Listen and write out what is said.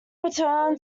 return